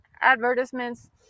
advertisements